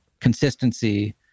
consistency